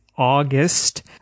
August